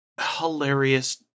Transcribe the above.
hilarious